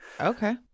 Okay